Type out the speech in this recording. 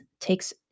takes